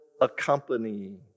accompany